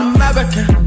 American